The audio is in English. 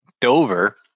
Dover